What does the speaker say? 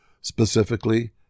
specifically